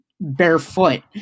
barefoot